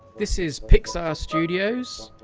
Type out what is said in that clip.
this is pixar studios.